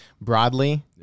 broadly